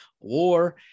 war